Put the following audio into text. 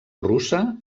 russa